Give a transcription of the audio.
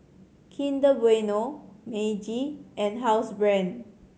Kinder Bueno Meiji and Housebrand